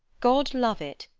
god love it,